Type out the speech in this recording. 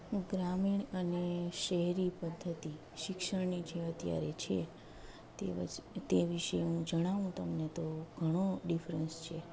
ગ્રામીણ અને શહેરી પદ્ધતિ શિક્ષણની જે અત્યારે છે તેવસ તે વિશે હું જાણવું તમને તો ઘણો ડિફરન્સ છે